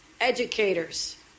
educators